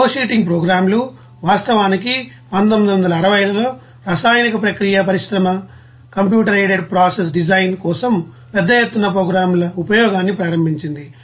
flowsheeting program లు వాస్తవానికి 1960లలో రసాయన ప్రక్రియ పరిశ్రమ కంప్యూటర్ ఎయిడెడ్ ప్రాసెస్ డిజైన్ కోసం పెద్ద ఎత్తున ప్రోగ్రామ్ ల ఉపయోగాన్ని ప్రారంభించింది